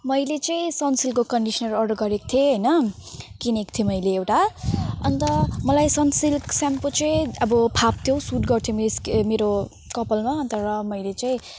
मैले चाहिँ सनसिल्कको कन्डिस्नर अर्डर गरेको थिएँ होइन किनेको थिएँ मैले एउटा अन्त मलाई सनसिल्क स्याम्पो चाहिँ अब फाप्थ्यो सुट गर्थ्यो मेरो कपालमा तर मैले चाहिँ